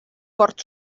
cort